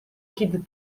kid